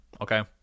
Okay